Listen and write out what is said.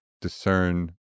discern